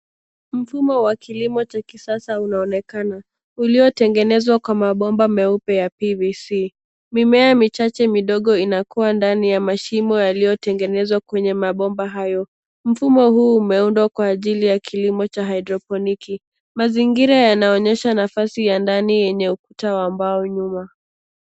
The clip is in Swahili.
Mfumo wa kilimo cha kisasa unaonekana, uliotengenezwa kwa mabomba meupe ya PVC. Mimea michache midogo inakua ndani ya mashimo yaliyotengenezwa kwenye mabomba hayo. Mfumo huu umeundwa kwa ajili ya kilimo cha hydroponic . Mazingira yanaonyesha nafasi ya ndani yenye ukuta wa mbao nyuma.